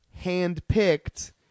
handpicked